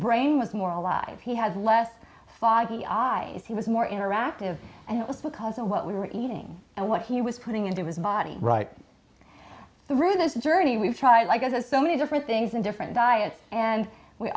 brain was more alive he has less foggy eyes he was more interactive and because of what we were eating and what he was putting into his body right through this journey we've tried like a so many different things in different diets and we